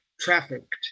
trafficked